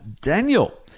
Daniel